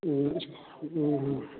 ꯎꯝ ꯎꯝ ꯎꯝ